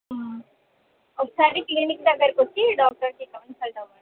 ఒకసారి క్లినిక్ దగ్గరకొచ్చి డాక్టర్కి కన్సల్ట్ అవ్వండి